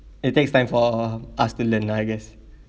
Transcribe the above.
it takes time for us to learn lah I guess